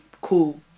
cool